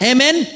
Amen